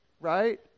right